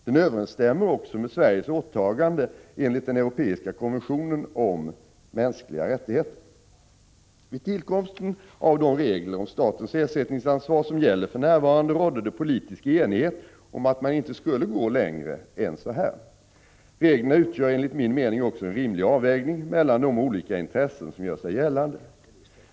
Den överensstämmer också med Sveriges åtagande enligt den europeiska konventionen om de mänskliga rättigheterna. Vid tillkomsten av de regler om statens ersättningsansvar som gäller för närvarande rådde det politisk enighet om att man inte skulle gå längre än så. Reglerna utgör enligt min mening också en rimlig avvägning mellan de olika intressen som gör sig gällande.